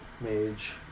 Mage